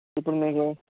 ఇప్పుడు మీకు